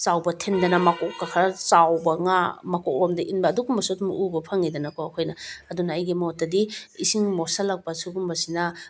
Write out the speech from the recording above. ꯆꯥꯎꯕ ꯊꯤꯟꯗꯅ ꯃꯀꯣꯛꯀ ꯈꯔ ꯆꯥꯎꯕ ꯉꯥ ꯃꯀꯣꯛ ꯂꯣꯝꯗ ꯏꯟꯕ ꯑꯗꯨꯒꯨꯝꯕꯁꯨ ꯑꯗꯨꯃ ꯎꯕ ꯐꯪꯏꯗꯅꯀꯣ ꯑꯩꯈꯣꯏꯅ ꯑꯗꯨꯅ ꯑꯩꯒꯤ ꯃꯣꯠꯇꯗꯤ ꯏꯁꯤꯡ ꯃꯣꯠꯁꯤꯜꯂꯛꯄ ꯁꯤꯒꯨꯝꯕꯁꯤꯅ